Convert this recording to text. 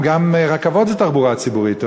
גם רכבות זה תחבורה ציבורית,